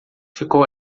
ficou